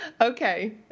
okay